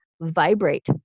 vibrate